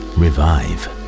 revive